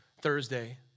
Thursday